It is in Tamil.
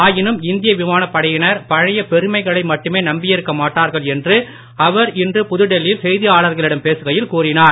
ஆயினும் இந்திய விமானப் படையினர் பழைய பெருமைகளை மட்டுமே நம்பியிருக்க மாட்டார்கள் என்று அவர் இன்று புதுடில்லி யில் செய்தியாளர்களிடம் பேசுகையில் கூறினார்